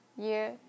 year